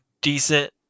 decent